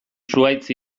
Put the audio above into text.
zuhaitz